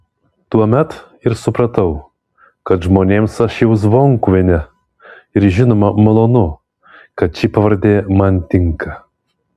tuomet ir supratau kad žmonėms aš jau zvonkuvienė ir žinoma malonu kad ši pavardė man tinka